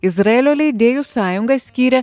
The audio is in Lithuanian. izraelio leidėjų sąjunga skyrė